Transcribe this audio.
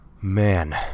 Man